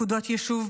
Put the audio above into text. נקודות יישוב,